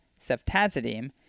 ceftazidime